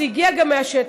זה הגיע גם מהשטח,